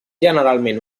generalment